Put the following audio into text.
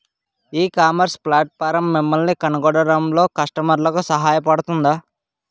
ఈ ecommerce platform మిమ్మల్ని కనుగొనడంలో కస్టమర్లకు సహాయపడుతుందా?